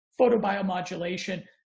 photobiomodulation